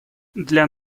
для